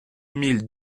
mille